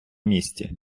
місці